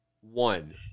one